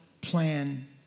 plan